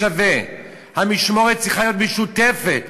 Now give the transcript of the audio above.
והמשמורת צריכה להיות משותפת,